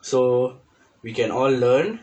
so we can all learn